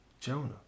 Jonah